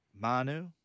Manu